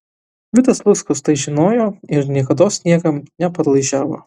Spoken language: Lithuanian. vitas luckus tai žinojo ir niekados niekam nepadlaižiavo